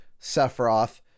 Sephiroth